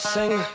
Sing